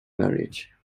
marriage